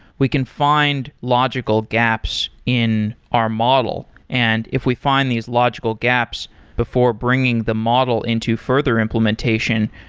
we can find logical gaps in our model. and if we find these logical gaps before bringing the model into further implementation,